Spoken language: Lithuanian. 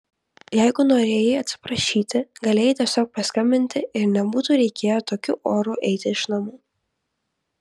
jeigu norėjai atsiprašyti galėjai tiesiog paskambinti ir nebūtų reikėję tokiu oru eiti iš namų